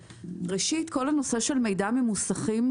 ראשית, כל הנושא של מידע ממוסכים,